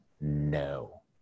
No